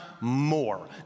more